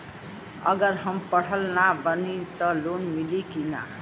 अगर हम पढ़ल ना बानी त लोन मिली कि ना?